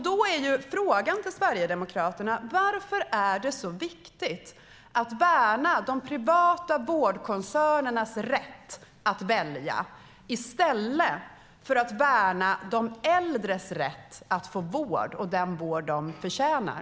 Då är frågan till Sverigedemokraterna: Varför är det så viktigt att värna de privata vårdkoncernernas rätt att välja i stället för att värna de äldres rätt att få den vård de förtjänar?